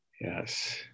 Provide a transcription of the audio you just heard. Yes